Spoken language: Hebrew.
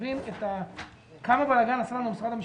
תבין כמה בן-אדם --- מול משרד המשפטים,